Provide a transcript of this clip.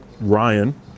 Ryan